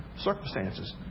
circumstances